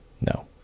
no